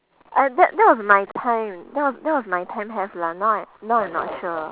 I that that was my time that was that was my time have lah now I now I'm not sure